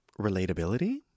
relatability